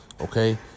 Okay